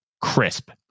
crisp